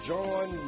John